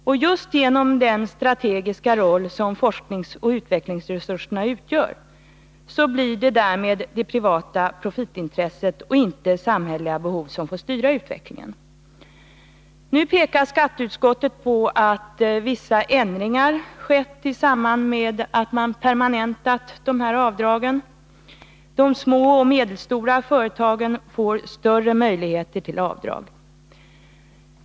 Och just genom den strategiska roll som forskningsoch utvecklingsresurserna spelar, blir det därmed det privata profitintresset och inte samhälleliga behov som får styra utvecklingen. Nu pekar utskottet på att vissa ändringar skett i samband med att man permanentat rätten att göra avdrag. De små och medelstora företagen får större möjligheter till avdrag.